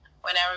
whenever